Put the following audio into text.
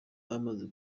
bamaze